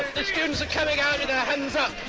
the students are coming out with um and